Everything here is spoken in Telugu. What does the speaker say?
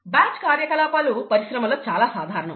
బ్యాచ్ కార్యకలాపాలు పరిశ్రమలో చాలా సాధారణం